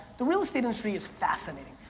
the real estate industry is fascinating,